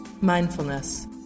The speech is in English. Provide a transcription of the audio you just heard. mindfulness